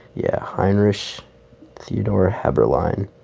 yeah. heinrich theodor heberlein,